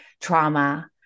trauma